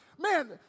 Man